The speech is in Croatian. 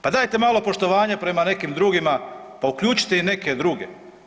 Pa dajte malo poštovanja prema nekim drugima, pa uključite i neke druge.